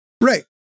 Right